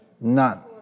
None